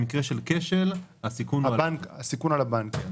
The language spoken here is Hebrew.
במקרה של כשל, הסיכון הוא על הבנק.